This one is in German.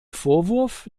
vorwurf